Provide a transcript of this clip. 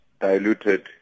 diluted